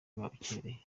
babukereye